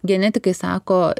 genetikai sako